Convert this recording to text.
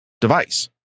device